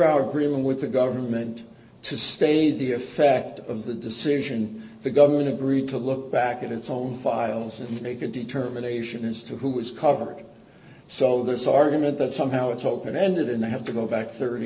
our agreement with the government to stay the effect of the decision the government agreed to look back at its own files and make a determination as to who is covered so this argument that somehow it's open ended and they have to go back thirty